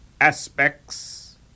aspects